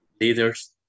leaders